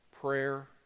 prayer